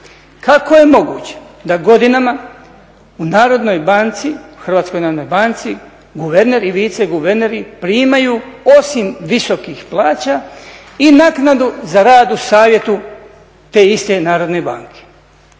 Kako je moguće da godinama u Narodnoj banci, u Hrvatskoj narodnoj banci guverneri i viceguverneri primaju osim visokih plaća i naknadu za rad u Savjetu te iste Narodne banke,